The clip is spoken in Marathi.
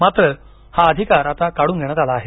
मात्र हा अधिकार आता काढून घेण्यात आला आहे